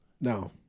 No